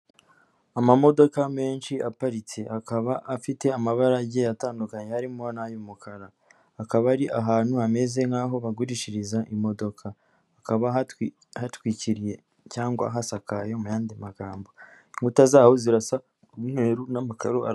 Amamodoka menshi aparitse, akaba afite amabara agiye atandukanye harimo n'ay'umukara, hakaba ari ahantu hameze nk'aho bagurishiriza imodoka, hakaba hatwikiriye cyangwa hasakaye mu yandi magambo, inkuta zawo zirasa umweru n'amakaro ara.